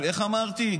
איך אמרתי,